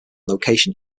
location